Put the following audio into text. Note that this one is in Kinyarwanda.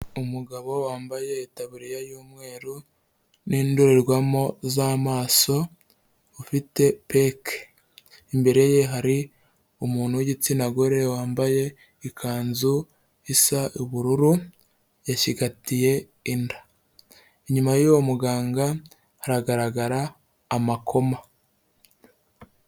Umugabo wambaye itaburiya y'umweru n'indorerwamo z'amaso ufite peke, imbere ye hari umuntu w'igitsina gore wambaye ikanzu isa ubururu yashyigatiye inda, inyuma y'uwo muganga haragaragara amakoma.